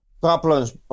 problems